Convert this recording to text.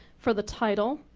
for the title,